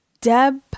Deb